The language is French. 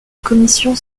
commission